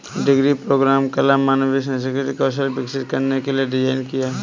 degree program कला, मानविकी, सांस्कृतिक कौशल विकसित करने के लिए डिज़ाइन किया है